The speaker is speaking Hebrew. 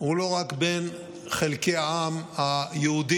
הוא לא רק בין חלקי העם היהודי